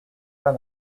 pas